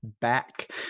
back